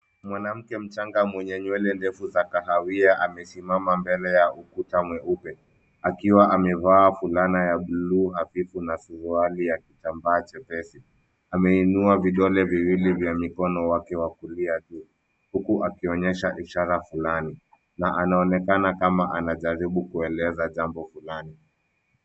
Mwanamke mchanga mwenye nywele ndefu za kahawia amesimama mbele ya ukuta mweupe akiwa amevaa fulana ya bluu hafifu na suruali ya kitambaa chepesi. Ameinua vidole viwili vya mikono wake wa kulia huku akionyesha ishara fulani na anaonekana kama anajaribu kueleza jambo fulani.